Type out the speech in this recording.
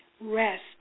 Rest